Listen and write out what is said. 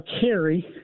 carry